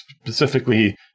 specifically